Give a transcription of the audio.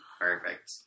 Perfect